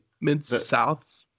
mid-south